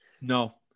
no